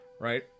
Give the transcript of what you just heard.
right